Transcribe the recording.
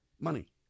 money